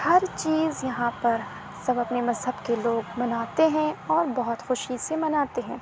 ہر چیز یہاں پر سب اپنے مذہب کے لوگ مناتے ہیں اور بہت خوشی سے مناتے ہیں